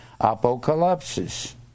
apocalypse